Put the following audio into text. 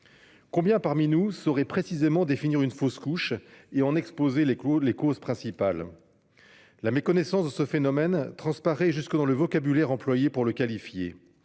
Combien parmi nous sauraient précisément définir une fausse couche et en exposer les causes principales ? La méconnaissance de ce phénomène transparaît jusque dans le vocabulaire employé pour le qualifier